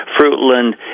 Fruitland